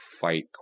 fight